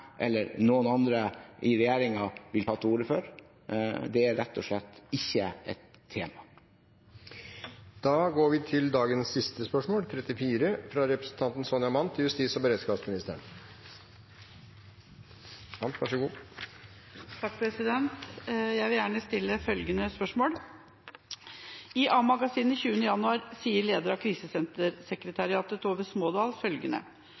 eller noen andre i regjeringen vil ta til orde for; det er rett og slett ikke et tema. Jeg vil gjerne stille følgende spørsmål: